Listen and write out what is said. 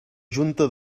junta